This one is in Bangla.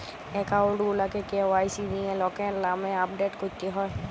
একাউল্ট গুলাকে কে.ওয়াই.সি দিঁয়ে লকের লামে আপডেট ক্যরতে হ্যয়